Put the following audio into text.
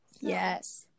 Yes